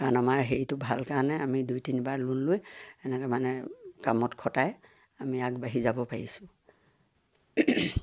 কাৰণ আমাৰ হেৰিটো ভাল কাৰণে আমি দুই তিনিবাৰ লোন লৈ এনেকৈ মানে কামত খটাই আমি আগবাঢ়ি যাব পাৰিছোঁ